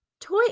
Toy